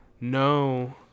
No